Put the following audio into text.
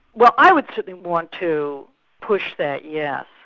well, i would certainly want to push that, yeah